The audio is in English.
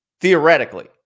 theoretically